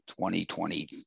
2020